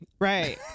Right